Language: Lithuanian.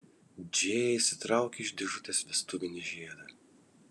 džėja išsitraukė iš dėžutės vestuvinį žiedą